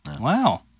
Wow